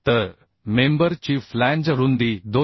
तर सदस्याची बाहेरील बाजूची रुंदी 250 आहे